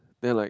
then like